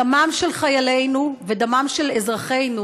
דמם של חיילינו ודמם של אזרחינו